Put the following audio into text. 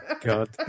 God